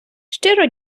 щиро